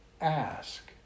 ask